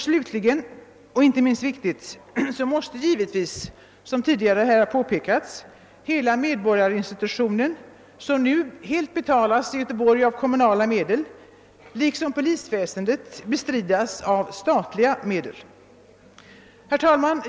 Slutligen — och det är inte minst viktigt — måste givetvis, vilket tidigare påpekats, hela medborgarvittnesinstitutionen, som i Göteborg nu helt betalas av kommunala medel, liksom polisväsendet bestridas av statliga medel. Herr talman!